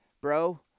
Bro